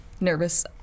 nervous